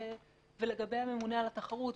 ולגבי הממונה על התחרות,